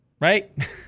right